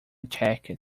checked